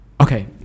Okay